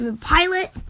pilot